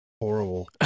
horrible